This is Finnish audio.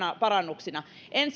parannuksina